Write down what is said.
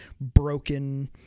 broken